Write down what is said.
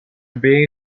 being